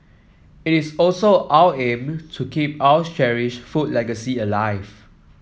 it is also our aim to keep our cherished food legacy alive